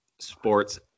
Sports